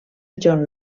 john